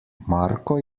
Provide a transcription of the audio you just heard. marko